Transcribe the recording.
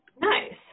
Nice